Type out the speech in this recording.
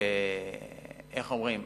ואיך אומרים?